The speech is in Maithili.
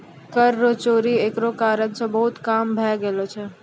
कर रो चोरी एकरा कारण से बहुत कम भै गेलो छै